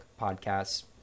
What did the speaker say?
podcasts